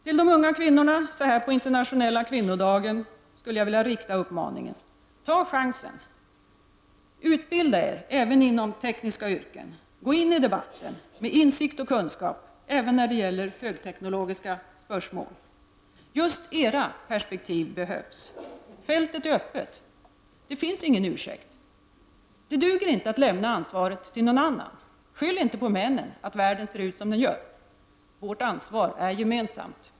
Till de unga kvinnorna, så här på internationella kvinnodagen, skulle jag vilja rikta uppmaningen: Tag chansen, utbilda er även inom tekniska yrken, gå in i debatten med insikt och kunskap även när det gäller högteknologiska spörsmål. Just era perspektiv behövs. Fältet är öppet, det finns ingen ursäkt, det duger inte att lämna ansvaret till andra. Skyll inte på männen för att världen ser ut som den gör. Vårt ansvar är gemensamt.